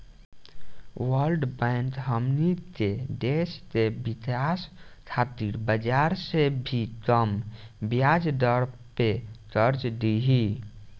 world bank हमनी के देश के विकाश खातिर बाजार से भी कम ब्याज दर पे कर्ज दिही